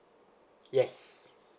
yes